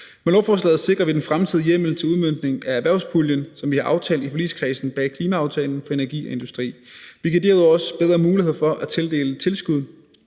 Med lovforslaget sikrer vi den fremtidige hjemmel til udmøntning af erhvervspuljen, som vi har aftalt i forligskredsen bag klimaaftalen for energi og industri. Vi giver derudover også bedre muligheder for at tildele tilskud